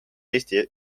eesti